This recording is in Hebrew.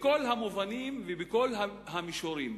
בכל המובנים ובכל המישורים.